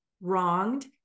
wronged